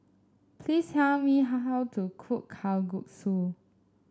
please tell me how how to cook Kalguksu